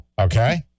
okay